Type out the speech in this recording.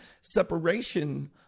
separation